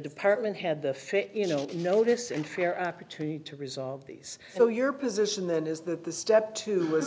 department had the fifth you know notice and fair opportunity to resolve these so your position then is that the step t